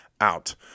out